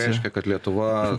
reiškia kad lietuva